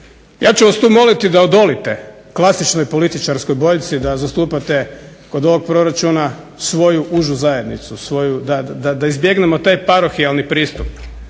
Ja ću vas tu moliti da odolite klasičnoj političarskoj boljci da zastupate kod ovog proračuna svoju užu zajednicu, da izbjegnemo taj parohijalni pristup